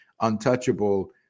untouchable